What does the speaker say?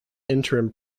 interim